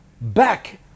back